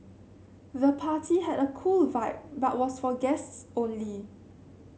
the party had a cool vibe but was for guests only